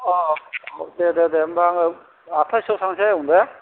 दे दे होनबा आङो आथथासोआव थांसै आयं दे